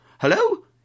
Hello